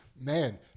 Man